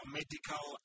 medical